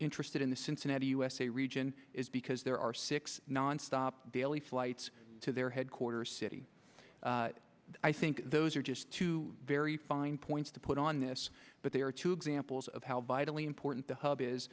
interested in the cincinnati usa region is because there are six nonstop daily flights to their headquarters city i think those are just two very fine points to put on this but there are two examples of how vitally important the hub is